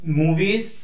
movies